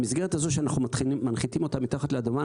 במסגרת הזאת שאנחנו מנחיתים אותה מתחת לאדמה,